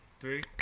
three